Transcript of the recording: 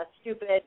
stupid